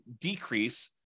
decrease